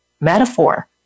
metaphor